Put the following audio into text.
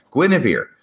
Guinevere